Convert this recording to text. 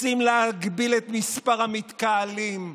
רוצים להגביל את מספר המתקהלים.